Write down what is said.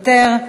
גפני, מוותר,